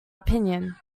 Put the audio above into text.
opinion